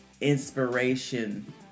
inspiration